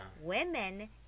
Women